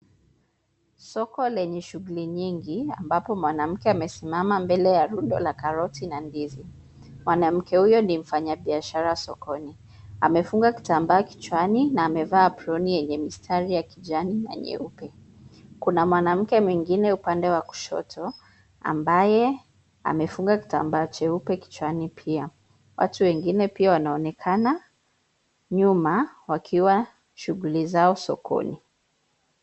Soko lenye shughuli nyingi ambapo mwanamke amesimama mbele ya lundo la karoti na ndizi. Mwanamke huyo ni mfanyabiashara sokoni, amefunga kitambaa kichwani na amevaa aproni yenye mistari ya kijani na nyeupe. Kuna mwanamke mwingine upande wa kushoto ambaye amefunga kitambaa cheupe kichwani, pia watu wengine pia wanaonekana nyuma wakiwa shughuli zao sokoni.